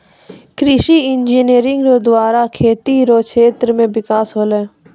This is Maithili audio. कृषि इंजीनियरिंग रो द्वारा खेती रो क्षेत्र मे बिकास होलै